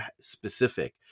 specific